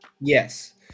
Yes